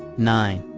nine.